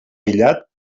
aïllat